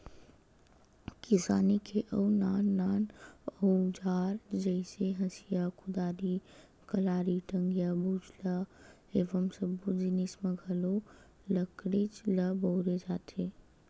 किसानी के अउ नान नान अउजार जइसे हँसिया, कुदारी, कलारी, टंगिया, बसूला ए सब्बो जिनिस म घलो लकड़ीच ल बउरे जाथे